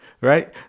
right